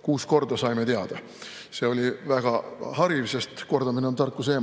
Kuus korda saime seda teada, see oli väga hariv, sest kordamine on tarkuse